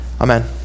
Amen